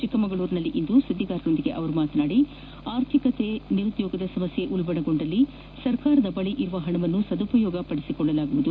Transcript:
ಚಿಕ್ಕಮಗಳೂರಿನಲ್ಲಿಂದು ಸುದ್ದಿಗಾರರೊಂದಿಗೆ ಮಾತನಾಡಿದ ಅವರು ಆರ್ಥಿಕತೆ ನಿರುದ್ಯೋಗದ ಸಮಸ್ಕೆ ಉಲ್ಪಣಗೊಂಡಲ್ಲಿ ಸರ್ಕಾರದ ಬಳಿ ಇರುವ ಹಣವನ್ನು ಸದುಪಯೋಗ ಪಡಿಸಿಕೊಳ್ಳಲಾಗುವುದು